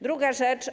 Druga rzecz.